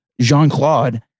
Jean-Claude